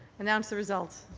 announce the result.